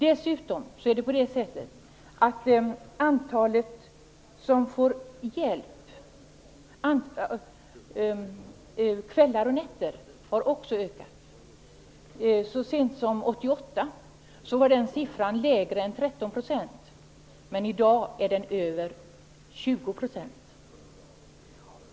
Dessutom har antalet personer som får hjälp kvällar och nätter också ökat. Så sent som 1988 var den siffran lägre än 13 %, men i dag är den över 20 %.